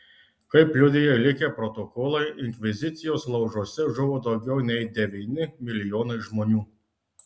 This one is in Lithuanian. kaip liudija likę protokolai inkvizicijos laužuose žuvo daugiau nei devyni milijonai žmonių